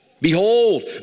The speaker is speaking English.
Behold